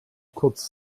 kurz